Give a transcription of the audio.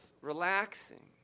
relaxing